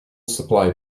supply